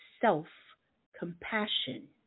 self-compassion